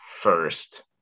first